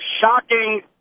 shocking